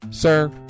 Sir